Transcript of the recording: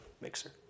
mixer